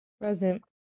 Present